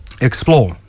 explore